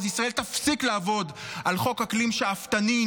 ישראל תפסיק לעבוד על חוק אקלים שאפתני,